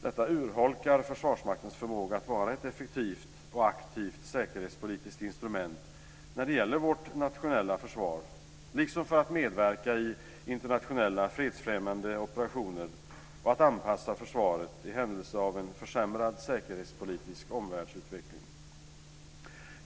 Detta urholkar Försvarsmaktens förmåga att vara ett effektivt och aktivt säkerhetspolitiskt instrument när det gäller vårt nationella försvar liksom för att medverka i internationella fredsfrämjande operationer och att anpassa försvaret i händelse av en försämrad säkerhetspolitisk omvärldsutveckling.